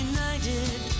United